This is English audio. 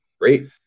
great